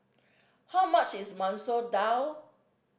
how much is Masoor Dal